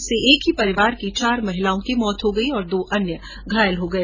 इससे एक ही परिवार की चार महिलाओं की मौत हो गई और दो लोग घायल हो गये